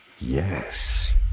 Yes